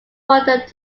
brought